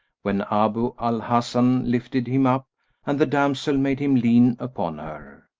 when abu al-hasan lifted him up and the damsel made him lean upon her.